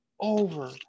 over